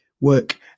work